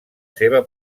seva